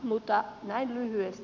mutta näin lyhyesti